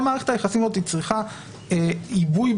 להיכנס שמענו אותן בפעם שעברה